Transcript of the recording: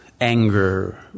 anger